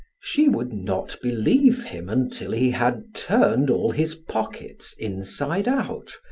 she would not believe him until he had turned all his pockets inside out,